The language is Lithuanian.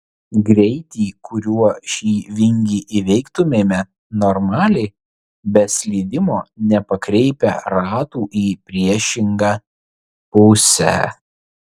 greitį kuriuo šį vingį įveiktumėme normaliai be slydimo nepakreipę ratų į priešingą pusę